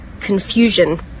confusion